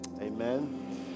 amen